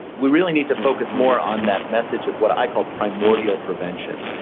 we really need to focus more on that message of what i call primordial prevention,